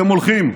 אתם הולכים,